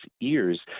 ears